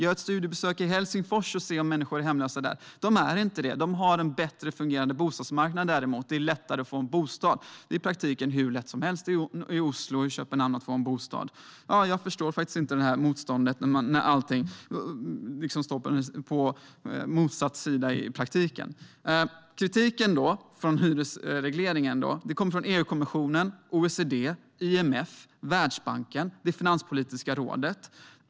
Det är de inte. Däremot har de en bättre fungerande bostadsmarknad; det är lättare att få bostad där. Det är i praktiken hur lätt som helst att få en bostad i Oslo eller Köpenhamn. Jag förstår inte motståndet mot detta när praktiken visar på det motsatta. Kritiken mot den svenska hyresregleringen kommer från EU-kommissionen, OECD, IMF, Världsbanken och Finanspolitiska rådet.